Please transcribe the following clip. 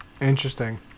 Interesting